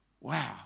Wow